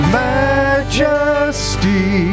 majesty